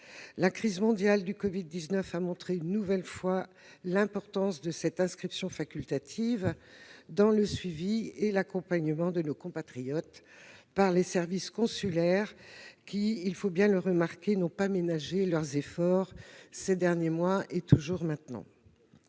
La crise mondiale du Covid-19 a montré, une nouvelle fois, l'importance de cette inscription facultative pour le suivi et l'accompagnement de nos compatriotes par des services consulaires qui n'ont pas ménagé leurs efforts ces derniers mois. Nos compatriotes